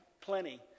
plenty